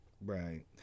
Right